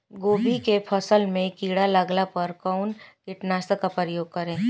गोभी के फसल मे किड़ा लागला पर कउन कीटनाशक का प्रयोग करे?